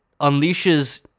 unleashes